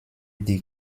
die